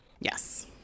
Yes